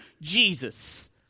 Jesus